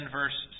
verse